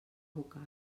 vocal